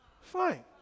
Fine